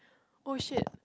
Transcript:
oh shit